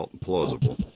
plausible